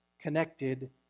connected